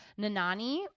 Nanani